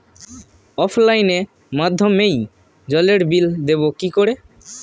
অফলাইনে মাধ্যমেই জলের বিল দেবো কি করে?